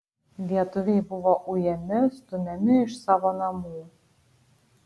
lietuviai buvo ujami stumiami iš savo namų